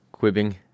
Quibbing